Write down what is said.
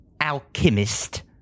alchemist